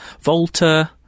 Volta